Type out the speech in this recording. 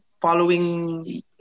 following